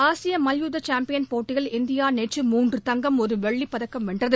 ஆசிய மல்யுத்த சாம்பியன் போட்டியில் இந்தியா நேற்று மூன்று தங்கம் ஒரு வெள்ளிப் பதக்கம் வென்றது